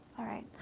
all right.